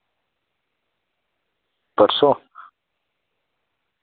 परसु